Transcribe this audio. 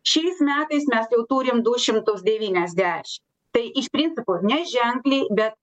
šiais metais mes jau turim du šimtus devyniasdeš tai iš principo neženkliai bet